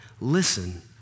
listen